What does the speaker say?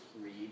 read